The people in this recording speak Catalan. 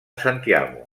santiago